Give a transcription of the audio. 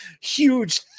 huge